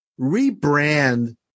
Rebrand